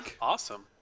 awesome